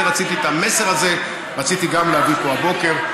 וגם את המסר הזה רציתי להביא פה הבוקר.